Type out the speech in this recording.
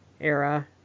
era